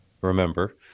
remember